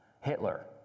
Hitler